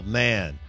man